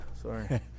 Sorry